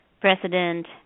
President